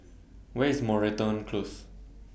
Where IS Moreton Close